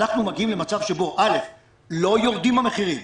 אנחנו מגיעים למצב שבו, א', לא יורדים המחירים.